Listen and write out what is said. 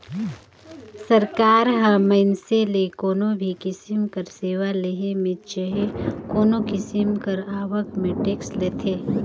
सरकार ह मइनसे ले कोनो भी किसिम कर सेवा लेहे में चहे कोनो किसिम कर आवक में टेक्स लेथे